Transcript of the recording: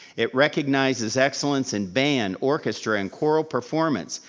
it recognizes excellence in band, orchestra, and choral performance.